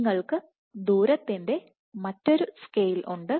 നിങ്ങൾക്ക് ദൂരത്തിൻറെ മറ്റൊരു സ്കെയിൽ ഉണ്ട്